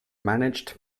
managed